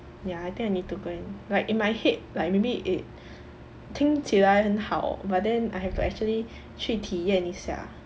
ya I think I need to go and like in my head like maybe it 听起来很好 but then I have to actually 去体验一下